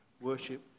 worship